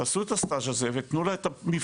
תעשו את הסטאז' הזה ותנו לה את המבחן,